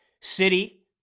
city